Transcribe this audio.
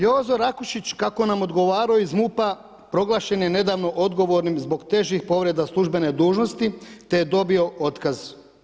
Jozo Rakušić, kako nam odgovarao iz MUP-a proglašen je nedavno odgovornim zbog težih povreda službene dužnosti, te je dobio otkaz.